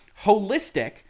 holistic